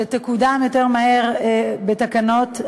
שתקודם יותר מהר בתקנות,